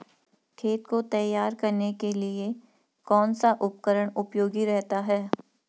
खेत को तैयार करने के लिए कौन सा उपकरण उपयोगी रहता है?